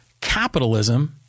Capitalism